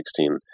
2016